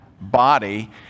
body